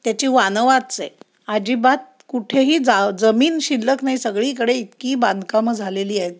त्याची वानवाच आहे अजिबात कुठेही जा जमीन शिल्लक नाही सगळीकडे इतकी बांधकामं झालेली आहेत